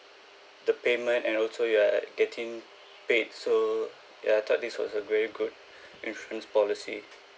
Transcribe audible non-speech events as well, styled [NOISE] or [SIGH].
the payment and also you are getting paid so ya I thought this was a very good [BREATH] insurance policy